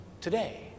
today